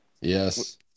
Yes